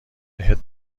بهت